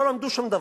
לא למדו שום דבר.